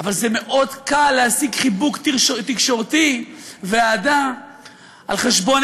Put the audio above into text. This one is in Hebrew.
אבל מאוד קל להשיג חיבוק תקשורתי ואהדה על חשבון